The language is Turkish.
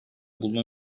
bulma